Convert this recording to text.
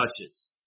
touches